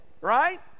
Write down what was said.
right